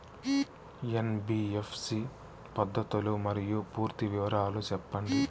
NBFC పద్ధతులు మరియు పూర్తి వివరాలు సెప్పండి?